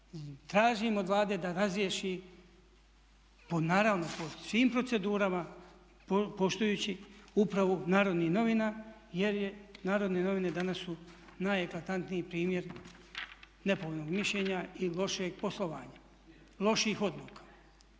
tražim od Vlade da razriješi po naravno po svim procedurama poštujući upravu Narodnih novina, jer je, Narodne novine danas su najeklatantniji primjer nepovoljnog mišljenja i lošeg poslovanja, loših odluka.